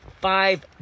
five